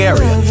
Area